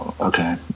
Okay